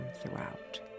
throughout